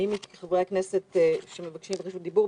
מי מחברי הכנסת מבקש רשות דיבור?